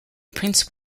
prince